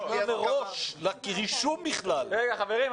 חברים,